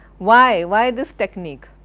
why, why this technique?